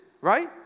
right